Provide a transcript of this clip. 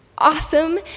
awesome